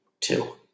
two